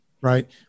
Right